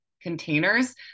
containers